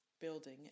building